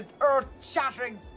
earth-shattering